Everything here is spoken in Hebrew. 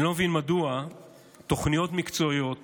אני לא מבין מדוע תוכניות מקצועיות